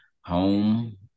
home